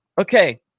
Okay